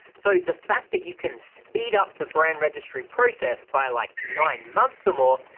so the fact that you can speed up the brand registry process by like nine months or more,